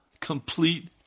complete